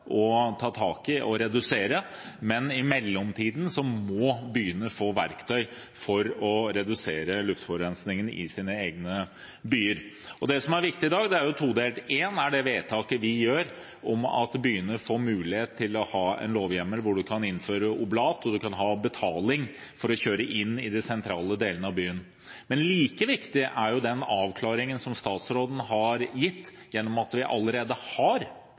å ta tak i og redusere dette, men i mellomtiden må byene få verktøy for å kunne redusere luftforurensningen i egen by. Det som er viktig i dag, er todelt. Først er det det vedtaket vi gjør om at byene ved lovhjemmel får mulighet til å kunne innføre oblat og til å kunne ta betaling for kjøring i de sentrale delene av byen. Like viktig er den avklaringen som statsråden har gitt om at vi allerede har